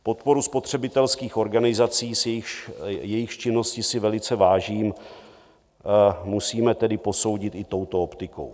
Podporu spotřebitelských organizací, jejichž činnosti si velice vážím, musíme tedy posoudit i touto optikou.